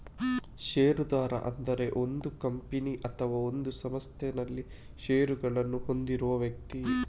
ಷೇರುದಾರ ಅಂದ್ರೆ ಒಂದು ಕಂಪನಿ ಅಥವಾ ಒಂದು ಸಂಸ್ಥೆನಲ್ಲಿ ಷೇರುಗಳನ್ನ ಹೊಂದಿರುವ ವ್ಯಕ್ತಿ